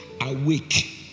awake